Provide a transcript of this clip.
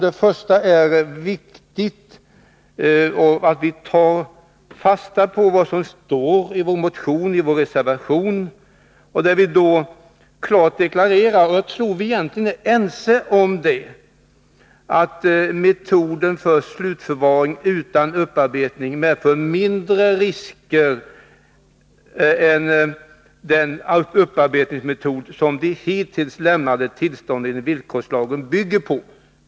Det är viktigt att vi tar fasta på vad som står i vår motion och reservation, där vi klart deklarerar — vilket jag tror att vi egentligen är ense om — att metoden för slutförvaring utan upparbetning medför mindre risk än den upparbetningsmetod som hittills enligt villkorslagen lämnade tillstånd bygger på.